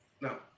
No